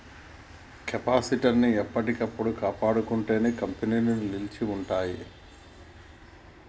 capital ని ఎప్పటికప్పుడు కాపాడుకుంటేనే కంపెనీలు నిలిచి ఉంటయ్యి